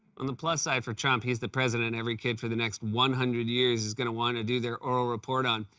on the plus side for trump, he's the president every kid for the next one hundred years is going to want to do their oral report on.